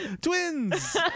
Twins